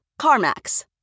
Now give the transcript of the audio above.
CarMax